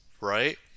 right